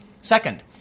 Second